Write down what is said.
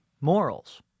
morals